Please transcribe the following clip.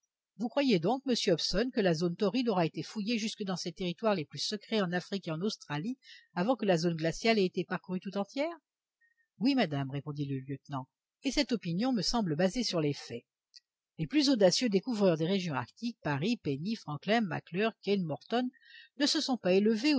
vous croyez donc monsieur hobson que la zone torride aura été fouillée jusque dans ses territoires les plus secrets en afrique et en australie avant que la zone glaciale ait été parcourue tout entière oui madame répondit le lieutenant et cette opinion me semble basée sur les faits les plus audacieux découvreurs des régions arctiques parry penny franklin mac clure kane morton ne se sont pas